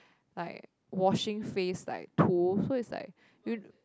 like washing face like so it's like you